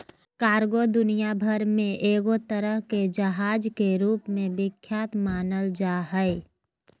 cargo दुनिया भर मे एगो तरह के जहाज के रूप मे विख्यात मानल जा हय